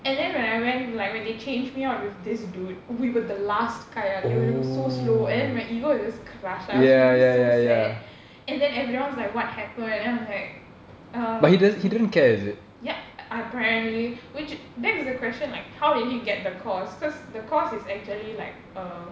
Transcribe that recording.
and then when I went like when they changed me out with this dude we were the last kayak like we were we were so slow and then my ego is just crushed I was feeling so sad and then everyone's like what happened then I'm like um ya apparently which begs the the question like how did he get the course cause the course is actually like uh